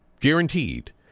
Guaranteed